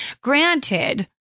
Granted